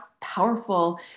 powerful